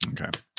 Okay